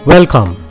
Welcome